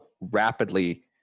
rapidly